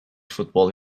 futbol